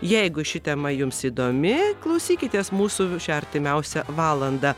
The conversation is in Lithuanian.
jeigu ši tema jums įdomi klausykitės mūsų šią artimiausią valandą